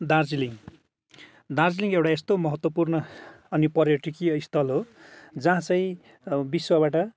दार्जिलिङ दार्जिलिङ एउटा यस्तो महत्त्वपूर्ण अनि पर्यटकीय स्थल हो जहाँ चाहिँ अब विश्वबाट